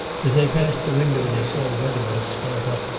as they passed the window they saw wethermill start up,